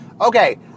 Okay